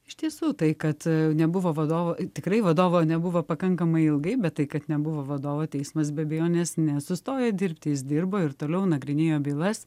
iš tiesų tai kad nebuvo vadovo tikrai vadovo nebuvo pakankamai ilgai bet tai kad nebuvo vadovo teismas be abejonės nesustoja dirbti jis dirbo ir toliau nagrinėjo bylas